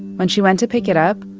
when she went to pick it up,